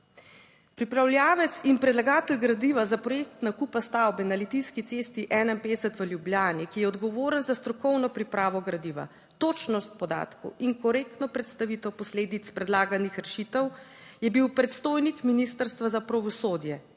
Pripravljavec in predlagatelj gradiva za projekt nakupa stavbe na Litijski cesti 51 v Ljubljani, ki je odgovoren za strokovno pripravo gradiva, točnost podatkov in korektno predstavitev posledic predlaganih rešitev, je bil predstojnik Ministrstva za pravosodje